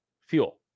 fuel